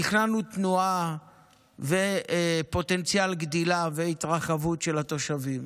תכננו תנועה ופוטנציאל גדילה והתרחבות של התושבים.